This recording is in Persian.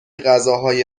غذاهای